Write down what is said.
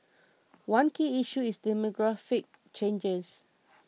one key issue is demographic changes